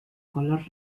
color